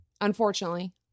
Unfortunately